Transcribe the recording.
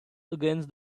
against